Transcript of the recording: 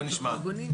בוא נשמע.